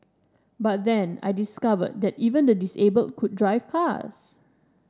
but then I discovered that even the disabled could drive cars